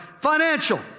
Financial